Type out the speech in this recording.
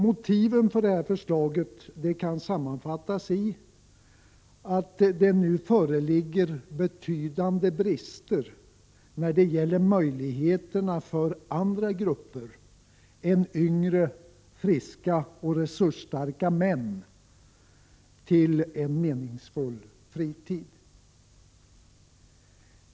Motiven för detta förslag kan sammanfattas med att det nu föreligger betydande brister när det gäller möjligheterna för andra grupper än yngre, friska och resursstarka män att ha en meningsfylld fritid.